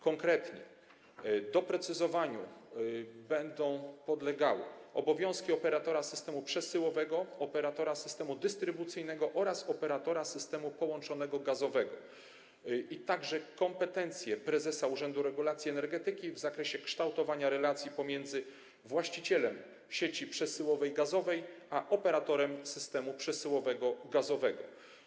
Konkretnie doprecyzowaniu będą podlegały obowiązki operatora systemu przesyłowego, operatora systemu dystrybucyjnego oraz operatora systemu połączonego gazowego, a także kompetencje prezesa Urzędu Regulacji Energetyki w zakresie kształtowania relacji pomiędzy właścicielem sieci przesyłowej gazowej a operatorem systemu przesyłowego gazowego.